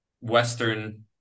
Western